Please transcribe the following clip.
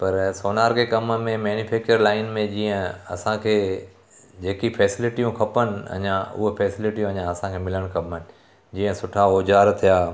पर सोनार खे कम में मैन्युफैक्चर लाइन में जीअं असांखे जेकी फैसिलिटियूं खपनि अञा उहो फैसिलिटियूं अञा असांखे मिलणु खपनि जीअं सुठा औजार थिया